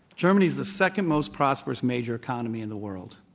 germany is the second most prosperous major economy in the world.